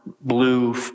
blue